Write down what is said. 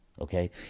Okay